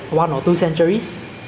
like there will be lesser human lah